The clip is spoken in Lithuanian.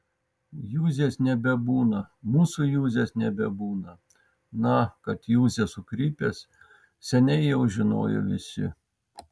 juzės nebebūna mūsų juzės nebebūna na kad juzė sukrypęs seniai jau žinojo visi